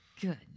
good